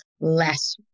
less